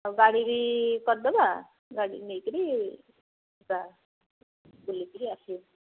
ଆଉ ଗାଡ଼ି ବି କରିଦେବା ଗାଡ଼ି ନେଇକରି ଯିବା ବୁଲିକରି ଆସିବା